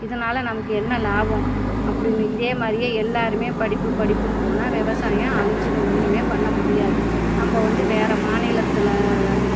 இதனால் நமக்கு என்ன லாபம் அப்படினு இதே மாதிரியே எல்லோருமே படிப்பு படிப்புனு போனால் விவசாயம் அழிஞ்சிடும் ஒன்றுமே பண்ண முடியாது நம்ம வந்து வேறே மாநிலத்தில் வேறே